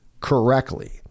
correctly